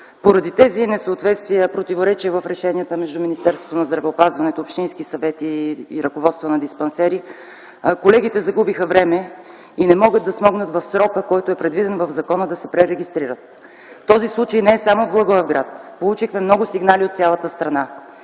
Поради тези несъответствия и противоречия в решенията между Министерството на здравеопазването, общински съвет и ръководство на диспансери, колегите загубиха време и не могат да смогнат в срока, който е предвиден в закона, да се пререгистрират. Този случай не е само в Благоевград. Получихме много сигнали от цялата страна.